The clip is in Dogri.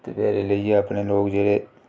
ते फ्ही एह् लेइयै अपने लोग जेहड़े